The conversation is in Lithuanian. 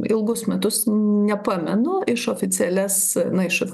ilgus metus nepamenu iš oficialias na iš